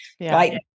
Right